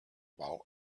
while